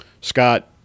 scott